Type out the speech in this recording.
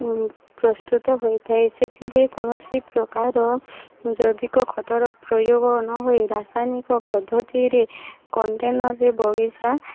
ହୁଏ ପ୍ରସ୍ତୁତ ହୋଇଥାଏ ସେଥିରେ କୌଣସି ପ୍ରକାର ଜୈବିକ ଖତର ପ୍ରୟୋଗ ନହୋଇ ରାସାୟନିକ ପଦ୍ଧତିରେ କଣ୍ଟେନର୍ରେ ବଗିଚା